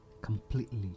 completely